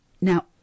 Now